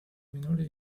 minore